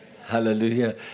hallelujah